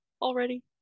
already